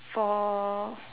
for